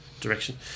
direction